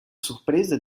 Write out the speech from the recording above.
surpresa